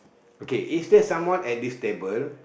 okay is there someone at this table